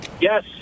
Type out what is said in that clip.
Yes